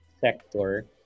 sector